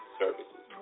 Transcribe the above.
services